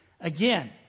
Again